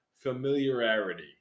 familiarity